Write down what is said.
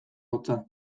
hotza